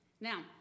Now